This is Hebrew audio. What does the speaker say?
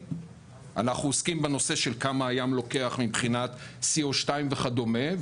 אנחנו עוסקים בנושא של כמה הים לוקח מבחינת CO2 וכדומה,